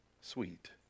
sweet